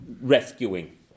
rescuing